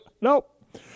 Nope